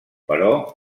però